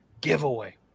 giveaway